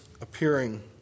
appearing